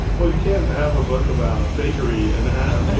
well, you can't have a book about fakery and have. you